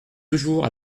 toujours